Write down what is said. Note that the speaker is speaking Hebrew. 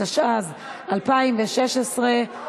התשע"ז 2016,